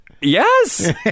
yes